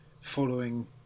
following